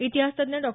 इतिहासतज्ज्ञ डॉ